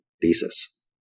thesis